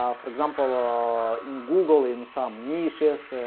ah for example, ah in google in some niches,